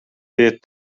дээд